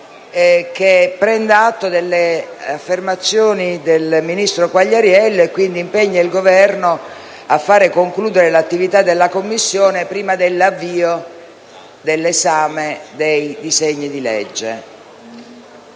che prenda atto delle affermazioni del ministro Quagliariello, impegnando quindi il Governo a far concludere l'attività della Commissione prima dell'avvio dell'esame dei disegni di legge.